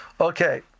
Okay